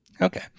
okay